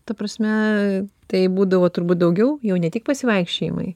ta prasme tai būdavo turbūt daugiau jau ne tik pasivaikščiojimai